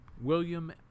William